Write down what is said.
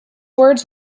words